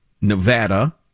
Nevada